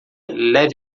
leve